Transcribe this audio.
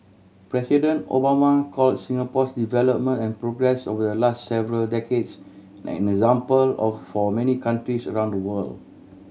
President Obama call Singapore's development and progress will last several decades an example of for many countries around the world